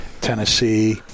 Tennessee